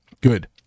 good